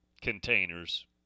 containers